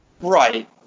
Right